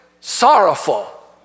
sorrowful